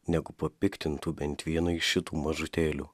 negu papiktintų bent vieną iš šitų mažutėlių